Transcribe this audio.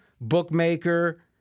bookmaker